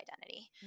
identity